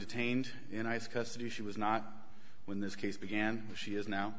detained in ice custody she was not when this case began she is now